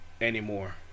anymore